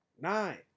nine